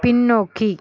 பின்னோக்கி